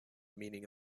meaning